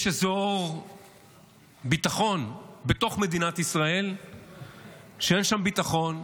יש אזור ביטחון בתוך מדינת ישראל שאין בו ביטחון.